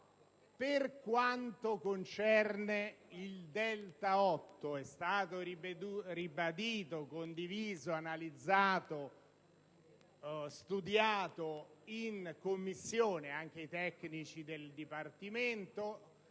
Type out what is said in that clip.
Per quanto concerne il delta-8, è stato ribadito, condiviso, analizzato e studiato in Commissione quanto anche i tecnici del Dipartimento